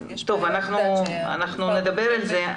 אנחנו נדבר על זה,